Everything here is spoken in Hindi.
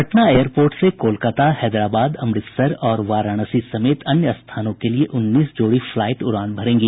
पटना एयर पोर्ट से कोलकाता हैदराबाद अमृतसर और वाराणसी समेत अन्य स्थानों के लिए उन्नीस जोड़ी फ्लाइट उड़ान भरेंगी